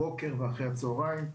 בוקר ואחר הצהריים,